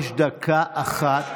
לי הפריעו לא פעם, יש דקה אחת,